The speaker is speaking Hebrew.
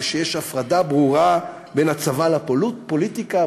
ויש הפרדה ברורה בין הצבא לפוליטיקה,